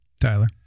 Tyler